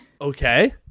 okay